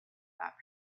that